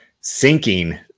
sinking